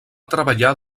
treballar